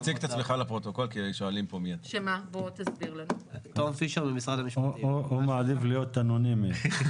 אני רגע רוצה להתחבר לדברים.